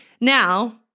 Now